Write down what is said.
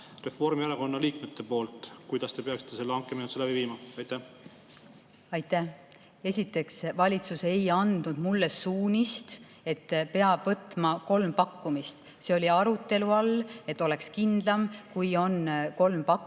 Reformierakonna liikmetelt sisendit, kuidas te peaksite selle hankemenetluse läbi viima? Aitäh! Esiteks, valitsus ei andnud mulle suunist, et peab võtma kolm pakkumist. See oli arutelu all, et oleks kindlam, kui on kolm pakkumist.